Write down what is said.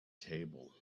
table